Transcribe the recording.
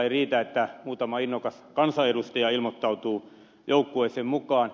ei riitä että muutama innokas kansanedustaja ilmoittautuu joukkueeseen mukaan